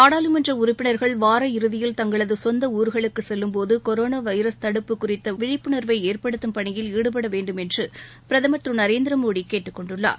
நாடாளுமன்ற உறுப்பினர்கள் வார இறுதியில் தங்களது சொந்த ஊர்களுக்கு செல்லும் போது கொரோனா வைரஸ் தடுப்பு குறித்த விழிப்புணர்வை ஏற்படுத்தும் பணியில் ஈடுபட வேண்டும் என்று பிரதமர் திரு நரேந்திர மோடி கேட்டுக்கொண்டுள்ளார்